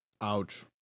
ouch